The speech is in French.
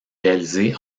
réalisés